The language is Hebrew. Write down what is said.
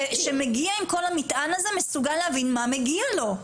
שמגיע עם כל המטען הזה מסוגל להבין מה מגיע לו?